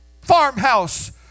farmhouse